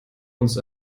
uns